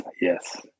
Yes